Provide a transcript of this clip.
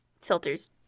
filters